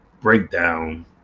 breakdown